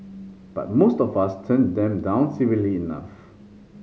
but most of us turn them down civilly enough